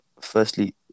firstly